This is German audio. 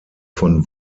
von